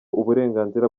uburenganzira